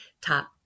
top